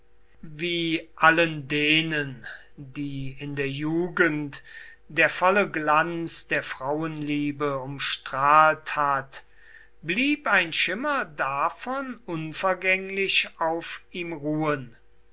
wie allen denen die in der jugend der volle glanz der frauenliebe umstrahlt hat blieb ein schimmer davon unvergänglich auf ihm ruhen